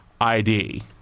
ID